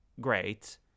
great